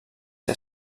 que